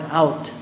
out